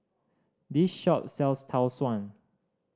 this shop sells Tau Suan